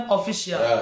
Official